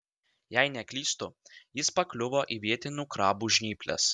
jei neklystu jis pakliuvo į vietinių krabų žnyples